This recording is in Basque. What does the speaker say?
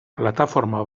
plataforma